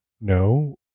No